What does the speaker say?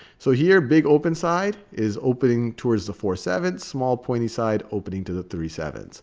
so here, big open side is opening towards the four seven, small pointy side opening to the three seven.